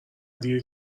دیر